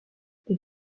les